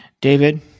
David